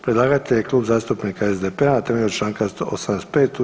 Predlagatelj je Klub zastupnika SDP-a na temelju članka 85.